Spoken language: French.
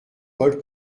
paul